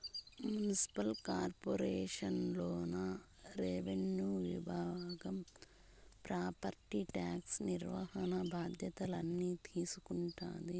municipal corporation లోన revenue విభాగం property tax నిర్వహణ బాధ్యతల్ని తీసుకుంటాది